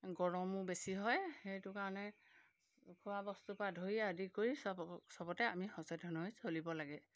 গৰমো বেছি হয় সেইটো কাৰণে খোৱা বস্তুৰপৰা ধৰি আদি কৰি চব চবতে আমি সচেতন হৈ চলিব লাগে